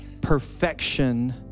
perfection